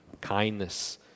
kindness